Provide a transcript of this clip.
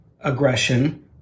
aggression